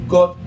God